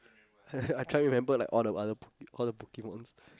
I trying remember like all the other all the pokemons